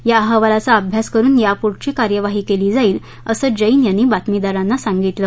या अहवालाचा अभ्यास करुन यापुढची कार्यवाही केली जाईल असं जैन यांनी बातमीदारांना सांगितलं